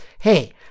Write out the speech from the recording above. hey